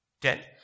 Ten